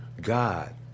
God